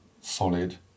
solid